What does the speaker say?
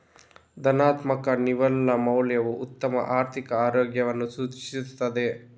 ಧನಾತ್ಮಕ ನಿವ್ವಳ ಮೌಲ್ಯವು ಉತ್ತಮ ಆರ್ಥಿಕ ಆರೋಗ್ಯವನ್ನು ಸೂಚಿಸುತ್ತದೆ